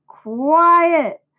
Quiet